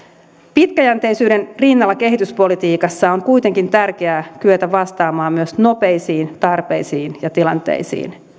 pitkäjänteisyyden rinnalla kehityspolitiikassa on kuitenkin tärkeää kyetä vastaamaan myös nopeisiin tarpeisiin ja tilanteisiin